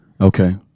Okay